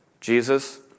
Jesus